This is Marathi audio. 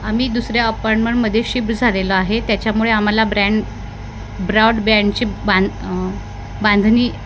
आम्ही दुसऱ्या अपार्टमेंटमध्ये शिफ्ट झालेलो आहे त्याच्यामुळे आम्हाला ब्रँड ब्रॉड बँडची बांध बांधणी